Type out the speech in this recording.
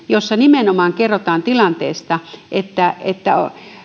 jossa nimenomaan kerrotaan tilanteesta että että